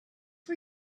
for